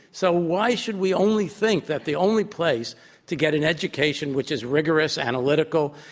so why should we only think that the only place to get an education which is rigorous, analytical,